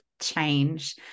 change